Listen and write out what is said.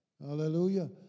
Hallelujah